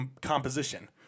composition